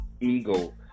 ego